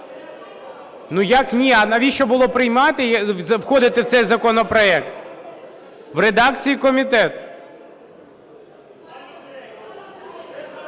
Ну, як ні? А навіщо було приймати, входити в цей законопроект? В редакції комітету.